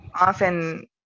often